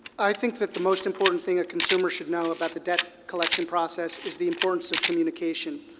i think that the most important thing a consumer should know about the debt collection process is the importance of communication.